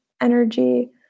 energy